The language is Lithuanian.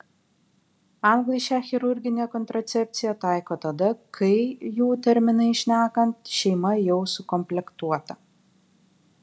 anglai šią chirurginę kontracepciją taiko tada kai jų terminais šnekant šeima jau sukomplektuota